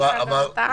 עכשיו גם אתה?